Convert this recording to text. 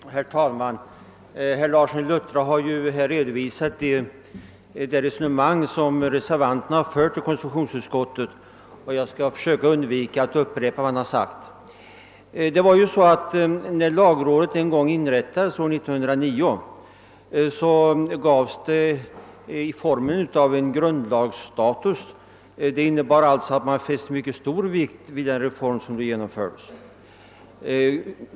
Herr talman! Herr Larsson i Luttra har här redovisat det resonemang som reservanterna fört i konstitutionsutskottet, och jag skall därför försöka undvika att upprepa vad han sagt. När lagrådet en gång inrättades år 1909 fick det grundlagsstatus, vilket innebär att mycket stor vikt fästes vid den reform som då genomfördes.